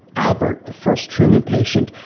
albert, the first truman patient,